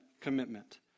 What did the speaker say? commitment